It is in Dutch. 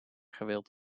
gewild